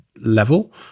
level